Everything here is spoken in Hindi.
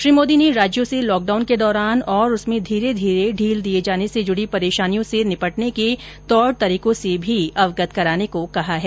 श्री मोदी ने राज्यों से लॉकडाउन के दौरान और उसमें धीरे धीरे ढील दिये जाने से जुड़ी परेशानियों से निपटने के तौर तरीकों से भी अवगत कराने को कहा है